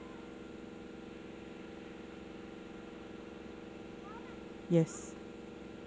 yes